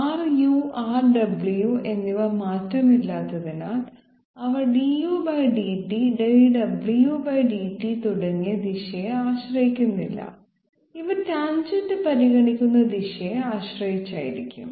Ru Rw എന്നിവ മാറ്റമില്ലാത്തതിനാൽ അവ dudt dwdt തുടങ്ങിയ ദിശയെ ആശ്രയിക്കുന്നില്ല ഇവ ടാൻജെന്റ് പരിഗണിക്കുന്ന ദിശയെ ആശ്രയിച്ചിരിക്കും